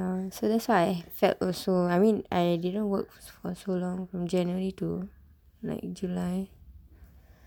ya so that's why I felt also I mean I didn't work for so long from january to like july